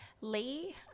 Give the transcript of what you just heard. lee